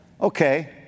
Okay